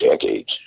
decades